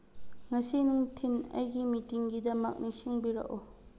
ꯉꯁꯤ ꯅꯨꯡꯊꯤꯟ ꯑꯩꯒꯤ ꯃꯤꯇꯤꯡꯒꯤꯗꯃꯛ ꯅꯤꯡꯁꯤꯡꯕꯤꯔꯛꯎ